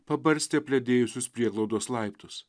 pabarstė apledėjusius prieglaudos laiptus